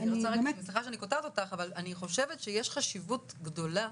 אני חושבת שיש חשיבות גדולה,